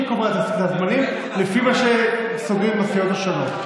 והיא קובעת את הדברים לפי מה שסוגרים עם הסיעות השונות.